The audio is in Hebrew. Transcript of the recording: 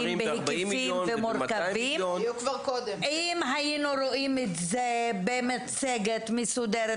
אם היינו רואים את זה במצגת מסודרת,